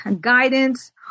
guidance